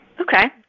Okay